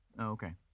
Okay